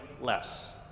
less